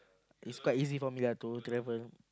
it's quite easy for me lah to travel